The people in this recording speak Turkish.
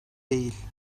değil